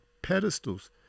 pedestals